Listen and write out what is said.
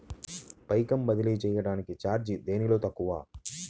పైకం బదిలీ చెయ్యటానికి చార్జీ దేనిలో తక్కువ?